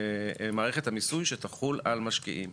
מערכת המיסוי שתחול על משקיעים.